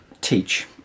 teach